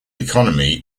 economy